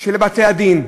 של בתי-הדין,